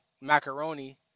macaroni